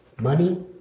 money